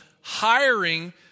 hiring